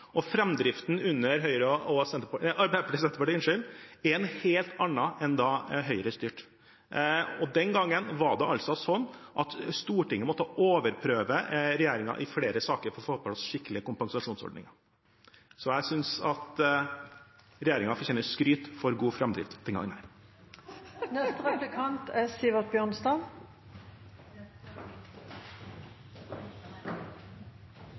under Arbeiderpartiet og Senterpartiet er en helt annen enn da Høyre styrte. Den gangen var det sånn at Stortinget måtte overprøve regjeringen i flere saker for å få på plass skikkelige kompensasjonsordninger. Jeg synes at regjeringen fortjener skryt for god framdrift